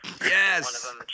Yes